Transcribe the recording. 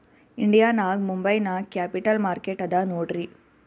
India ನಾಗ್ ಮುಂಬೈ ನಾಗ್ capital market ಅದಾ ನೋಡ್ರಿ